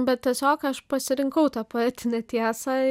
bet tiesiog aš pasirinkau tą poetinę tiesą